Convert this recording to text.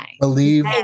Believe